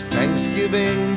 Thanksgiving